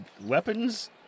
weapons